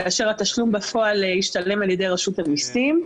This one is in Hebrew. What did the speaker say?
כאשר התשלום בפועל ישתלם על ידי רשות המיסים.